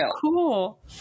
cool